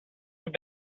have